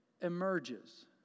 emerges